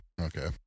okay